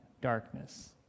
darkness